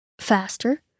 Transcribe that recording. faster